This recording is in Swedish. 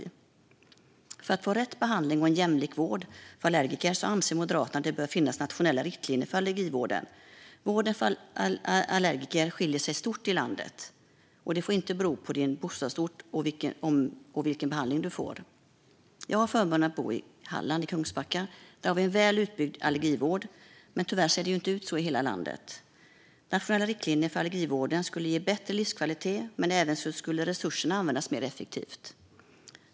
För att allergiker ska få rätt behandling och en jämlik vård bör det, anser Moderaterna, finnas nationella riktlinjer för allergivården. Vården för allergiker varierar stort i landet, och det får inte bero på din bostadsort om du får behandling och vilken behandling du får. Jag har förmånen att bo i Halland, i Kungsbacka. Där har vi en väl utbyggd allergivård, men tyvärr ser det inte ut så i hela landet. Nationella riktlinjer för allergivården skulle ge bättre livskvalitet men även innebära att resurserna användes mer effektivt.